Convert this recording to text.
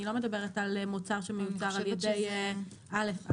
אני לא מדברת על מוצר שמיוצר על ידי א.א.